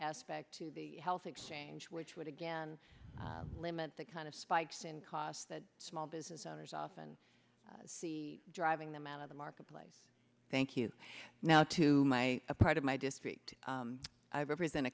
aspect to the health exchange which would again limit the kind of spikes in costs that small business owners often see driving them out of the marketplace thank you now to my part of my district i represent a